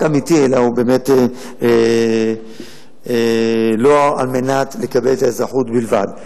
אמיתי אלא הוא באמת לא על מנת לקבל את האזרחות בלבד.